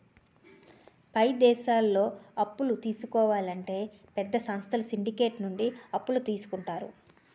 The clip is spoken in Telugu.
పై దేశాల్లో అప్పులు తీసుకోవాలంటే పెద్ద సంస్థలు సిండికేట్ నుండి అప్పులు తీసుకుంటారు